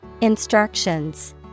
Instructions